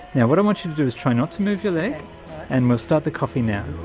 now what i want you to do is try not to move your leg and we'll start the coffee now.